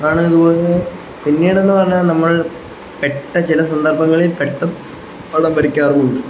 ആണ് ഇതുപോലെ പിന്നീടെന്നു പറഞ്ഞാല് നമ്മൾ പെട്ട ചില സന്ദർഭങ്ങളിൽപ്പെട്ടു പടം വരയ്ക്കാറുമുണ്ട്